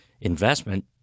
investment